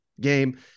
game